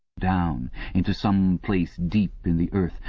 down into some place deep in the earth,